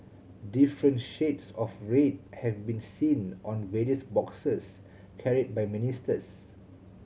different shades of red have been seen on various boxes carried by ministers